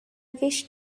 wish